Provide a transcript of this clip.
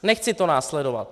Nechci to následovat.